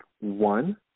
one